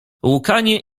łkanie